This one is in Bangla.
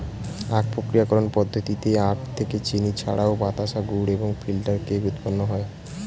আখ প্রক্রিয়াকরণ পদ্ধতিতে আখ থেকে চিনি ছাড়াও বাতাসা, গুড় এবং ফিল্টার কেক উৎপন্ন হয়